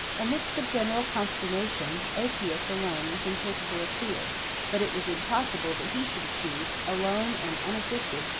amidst the general consternation, aetius alone was incapable of fear but it was impossible that he should achieve, alone and unassisted,